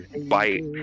bite